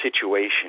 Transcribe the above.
situation